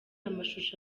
amashusho